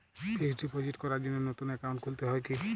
Fix deposit করার জন্য নতুন অ্যাকাউন্ট খুলতে হয় কী?